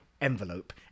envelope